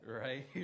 right